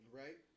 right